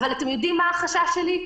אבל, אתם יודעים מה החשש שלי?